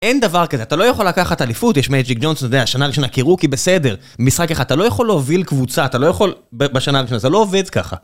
אין דבר כזה, אתה לא יכול לקחת אליפות, יש מייג'יק ג'ונס, אתה יודע, שנה ראשונה קירוקי, בסדר משחק אחד, אתה לא יכול להוביל קבוצה, אתה לא יכול... בשנה הראשונה זה לא עובד ככה